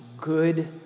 good